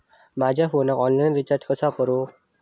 माझ्या फोनाक online recharge कसा करू?